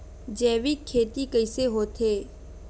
जैविक खेती कइसे होथे?